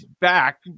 back